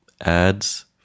ads